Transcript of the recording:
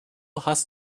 hast